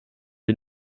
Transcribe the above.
wir